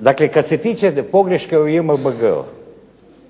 Dakle kad se tiče pogreške u JMBG-u,